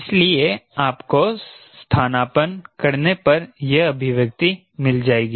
इसलिए आपको स्थानापन्न करने पर यह अभीव्यक्ति मिल जाएगी